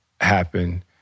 happen